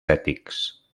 ètics